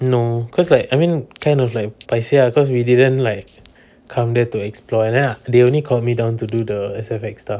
no cause like I mean kind of like paiseh ah cause we didn't like come there to explore and then they only call me down to do the S_F_X stuff